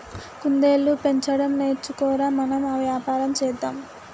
కుందేళ్లు పెంచడం నేర్చుకో ర, మనం ఆ వ్యాపారం చేద్దాం